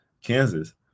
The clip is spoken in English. Kansas